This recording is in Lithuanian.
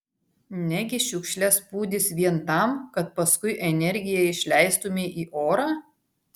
negi šiukšles pūdys vien tam kad paskui energiją išleistumei į orą